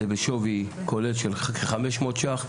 זה בשווי כולל של 500 ₪.